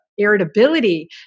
irritability